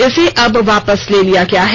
इसे अब वापस ले लिया गया है